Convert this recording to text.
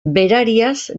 berariaz